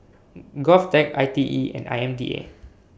Govtech ITE and IMDA